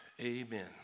Amen